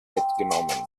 mitgenommen